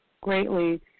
greatly